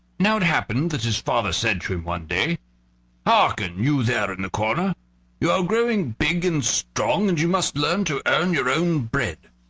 now it happened that his father said to him one day hearken, you there in the corner you are growing big and strong, and you must learn to earn your own bread.